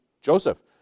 Joseph